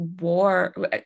war